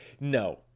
no